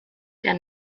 der